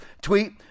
tweet